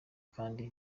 kandi